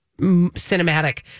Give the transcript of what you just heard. cinematic